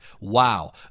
Wow